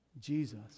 Jesus